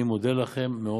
אני מודה לכם מאוד.